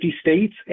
states